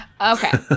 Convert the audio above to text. Okay